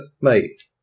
mate